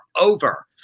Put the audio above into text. over